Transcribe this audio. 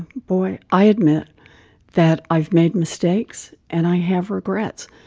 boy, i admit that i've made mistakes, and i have regrets.